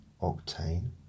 Octane